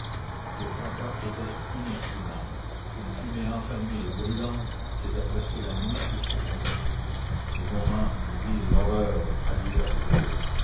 le fracas était inexprimable une fumée enfermée et brûlante faisait presque la nuit sur ce combat les mots manquent pour dire l'horreur arrivée à ce degré